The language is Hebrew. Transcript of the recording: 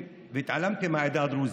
התעלמתם מהעדה הדרוזית,